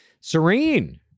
Serene